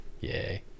Yay